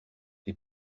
les